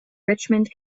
richmond